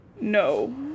no